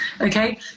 okay